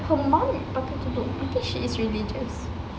her mum pakai tudung I think she is religious